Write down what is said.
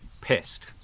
Pissed